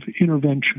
intervention